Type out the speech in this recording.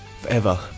Forever